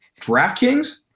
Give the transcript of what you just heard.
DraftKings